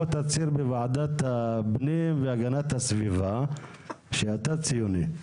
בוא תצהיר בוועדת הפנים והגנת הסביבה שאתה ציוני.